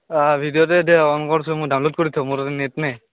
অঁ ভিডিঅ'টো দে অ'ন কৰিছো মই ডাউনল'ড কৰি থওঁ মোৰ তাতে নেট নাই